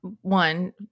One